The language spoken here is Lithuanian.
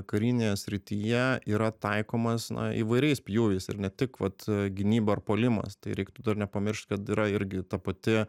karinėje srityje yra taikomas na įvairiais pjūviais ir ne tik vat gynyba ar puolimas tai reiktų dar nepamiršt kad yra irgi ta pati